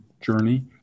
journey